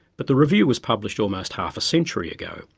but the review was published almost half a century ago.